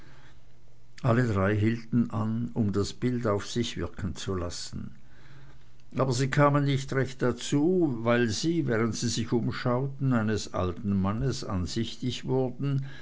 drei hielten an um das bild auf sich wirken zu lassen aber sie kamen nicht recht dazu weil sie während sie sich umschauten eines alten mannes ansichtig wurden